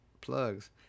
plugs